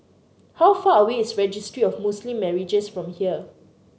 how far away is Registry of Muslim Marriages from here